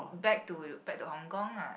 back to back to Hong-Kong ah